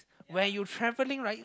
where you travelling right